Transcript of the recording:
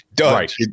Right